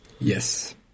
Yes